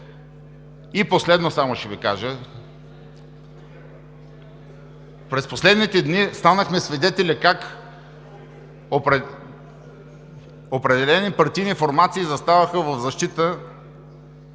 Последно ще Ви кажа, че през последните дни станахме свидетели как определени партийни формации заставаха в защита